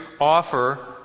offer